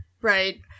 right